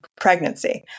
pregnancy